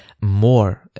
more